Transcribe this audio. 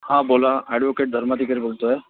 हां बोला अॅडवोकेट धर्माधिकारी बोलतो आहे